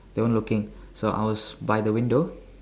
they weren't looking so I was by the window